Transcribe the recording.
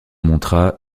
montra